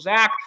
Zach